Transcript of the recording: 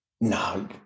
no